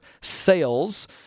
SALES